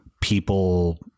people